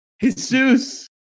Jesus